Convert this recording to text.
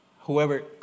whoever